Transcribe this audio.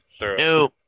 No